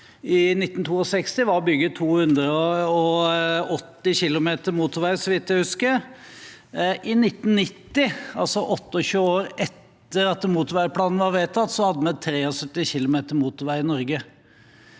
i 1962, var å bygge 280 kilometer motorvei, så vidt jeg husker. I 1990, altså 28 år etter at motorveiplanen var vedtatt, hadde vi 73 kilometer motorvei i Norge.